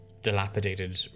dilapidated